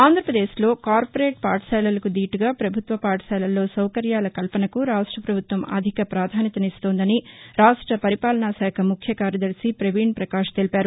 ఆంధ్రప్రదేశ్ లో కార్పోరేట్ పాఠశాలలకు ధీటుగా ప్రభుత్వ పాఠశాలల్లో సౌకర్యాల కల్పనకు రాష్టపభుత్వం అధిక ప్రాధాస్యతనిస్తోందని రాష్ట పరిపాలనా శాఖ ముఖ్యకార్యదర్భి పవీణ్ పకాశ్ తెలిపారు